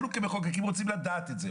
אנחנו כמחוקקים רוצים לדעת את זה,